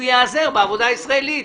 הוא ייעזר בעבודה ישראלית.